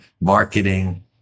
marketing